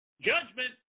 Judgment